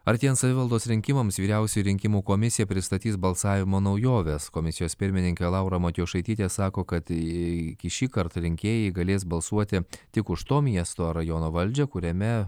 artėjant savivaldos rinkimams vyriausioji rinkimų komisija pristatys balsavimo naujoves komisijos pirmininkė laura matjošaitytė sako kad į šį kartą rinkėjai galės balsuoti tik už to miesto rajono valdžią kuriame